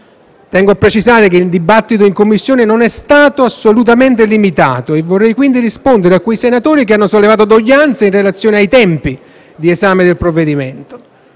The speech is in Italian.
Tengo a precisare che il dibattito in Commissione non è stato assolutamente limitato e vorrei quindi rispondere a quei senatori che hanno sollevato doglianze in relazione ai tempi di esame del provvedimento: